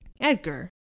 Edgar